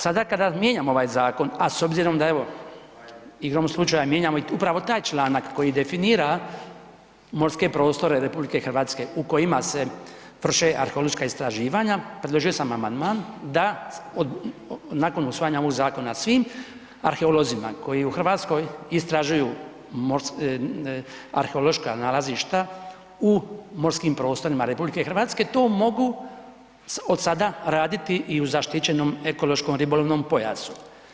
Sada kada mijenjamo ovaj zakon, a s obzirom da evo igrom slučaja mijenjamo i upravo taj članak koji definira morske prostore RH u kojima se vrše arheološka istraživanja predložio sam amandman da od, nakon usvajanja ovog zakona svim arheolozima koji u Hrvatskoj istražuju arheološka nalazišta u morskim prostorima RH to mogu od sada raditi u zaštićenom ekološkom-ribolovnom pojasu.